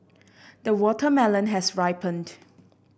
the watermelon has ripened